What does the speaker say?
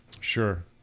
Sure